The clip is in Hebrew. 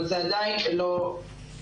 אבל זה עדיין לא --- תודה.